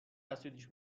حسودیش